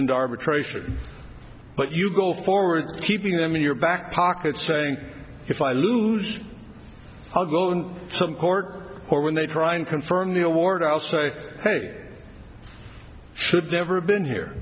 portioned arbitration but you go forward keeping them in your back pocket saying if i lose i'll go to some court or when they try and confirm the award i'll say hey should never have been here